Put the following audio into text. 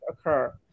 occur